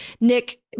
Nick